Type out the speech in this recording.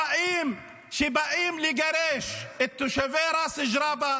כשבאים לגרש את תושבי ראס ג'ראבה